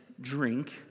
drink